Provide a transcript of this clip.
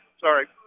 Sorry